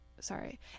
sorry